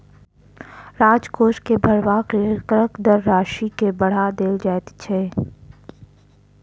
राजकोष के भरबाक लेल करक दर राशि के बढ़ा देल जाइत छै